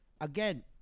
Again